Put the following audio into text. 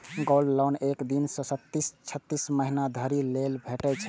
gold loan एक दिन सं छत्तीस महीना धरि लेल भेटै छै